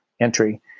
entry